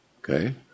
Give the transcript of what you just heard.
Okay